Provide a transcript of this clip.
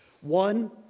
One